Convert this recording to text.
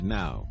now